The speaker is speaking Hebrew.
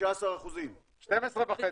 15%-14%.